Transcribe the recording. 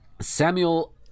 Samuel